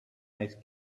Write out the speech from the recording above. ice